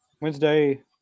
Wednesday